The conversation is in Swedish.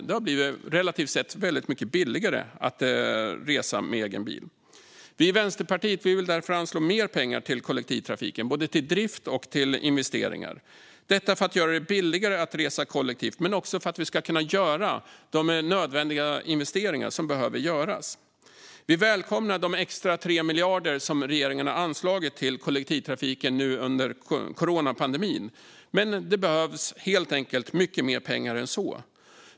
Det har relativt sett blivit väldigt mycket billigare att resa med egen bil. Vi i Vänsterpartiet vill därför anslå mer pengar till kollektivtrafiken, både till drift och till investeringar, detta för att göra det billigare att resa kollektivt men också för att vi ska kunna göra de nödvändiga investeringar som behöver göras. Vi välkomnar de extra 3 miljarder som regeringen har anslagit till kollektivtrafiken nu under coronapandemin, men det behövs helt enkelt mycket mer pengar än så.